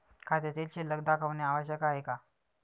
खात्यातील शिल्लक दाखवणे आवश्यक आहे का?